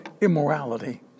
immorality